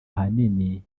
ahanini